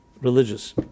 religious